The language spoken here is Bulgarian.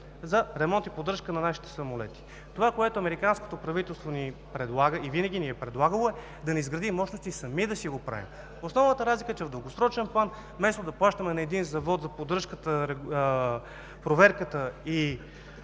за ремонт и поддръжка на нашите самолети. Това, което американското правителство ни предлага и винаги ни е предлагало, е да ни изгради мощности сами да си го правим. Основната разлика е, че в дългосрочен план вместо да плащаме на един частен завод за поддръжката, проверката и